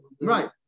right